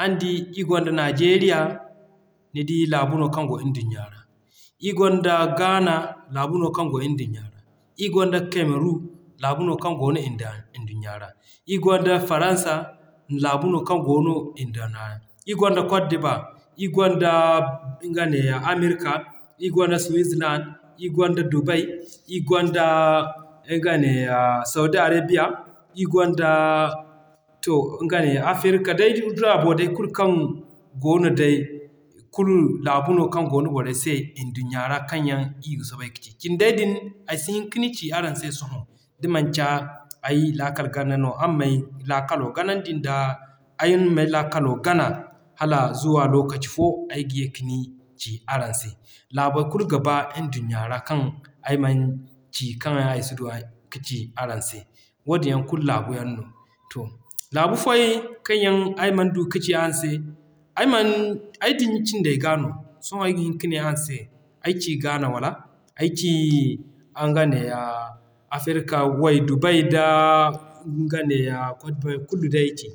Araŋ di, ir gonda: Najeriya, nidi laabu no kaŋ goo nduɲɲa ra, ir gonda Ghana laabu no kaŋ goo nduɲɲa ra, ir gonda Cameroon laabu no kaŋ goono nduɲɲa ra, ir gonda Faransa laabu no kaŋ goono nduɲɲa ra, ir gonda Côte d'ivoire, ir gonda nga neeya America, ir gonda Switzerland ,ir gonda Dubai, ir gonda nga neeya Saudi Arabia, ir gonda to nga ne Africa day laabo day kulu kaŋ goono day kulu laabu no kaŋ goono borey se nduɲɲa ra kaŋ yaŋ i ga soobay ka ci. Cindey din ay si hin kani ci araŋ se sohõ da manci ay laakal ganda no. Araŋ may laakalo ganandi nda, araŋ may laakalo gana zuwa lokaci fo ayga ye kani ci araŋ se. Laabey kulu ga b'a nduɲɲa ra kaŋ yaŋ ay man ci kaŋ yaŋ ay si duwa ka ci araŋ se. Wadin yaŋ kulu laabu yaŋ no. To laabu fooyaŋ kaŋ yaŋ ay man du ka ci araŋ se, ay man ay diɲa cindey ga no. Sohõ ayga hin ka ne araŋ se ay ci Ghana wala, ay ci nga neeya Africa way Dubai da nga neeya Côte d'ivoire kulu day ci.